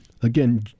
again